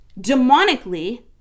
demonically